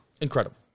Incredible